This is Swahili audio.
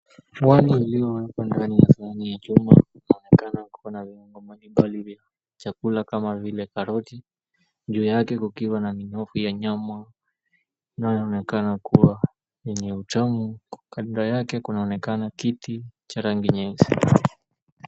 Wali iliyowekwa ndani ya chuma na inaonekana kuwa na viungo mbalimbali. Chakula kama vile karoti juu yake kukiwa na minofu ya nyama na inayoonekana kuwa yenye utamu, kwa kadra yake kunaonekana kiti cha rangi nyeupe.